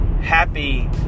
Happy